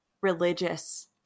religious